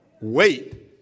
Wait